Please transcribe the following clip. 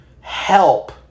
help